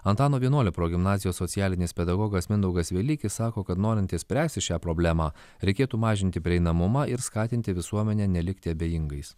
antano vienuolio progimnazijos socialinis pedagogas mindaugas velykis sako kad norint išspręsti šią problemą reikėtų mažinti prieinamumą ir skatinti visuomenę nelikti abejingais